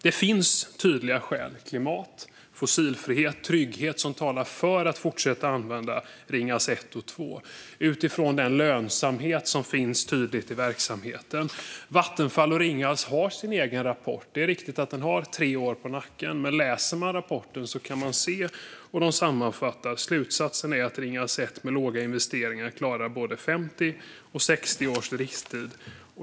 Det finns tydliga skäl - klimat, fossilfrihet och trygghet - som talar för att fortsätta att använda Ringhals 1 och 2 utifrån den lönsamhet som tydligt finns i verksamheten. Vattenfall och Ringhals har sin egen rapport. Det är riktigt att den har tre år på nacken. Men läser man rapporten kan man se vad de sammanfattar. Slutsatsen är att Ringhals 1 med låga investeringar klarar både 50 och 60 års driftstid.